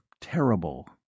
terrible